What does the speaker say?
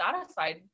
satisfied